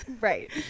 Right